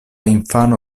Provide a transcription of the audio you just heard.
infano